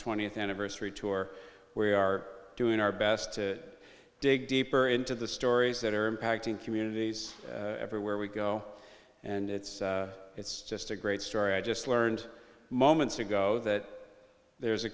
twentieth anniversary tour we are doing our best to dig deeper into the stories that are impacting communities everywhere we go and it's it's just a great story i just learned moments ago that there's a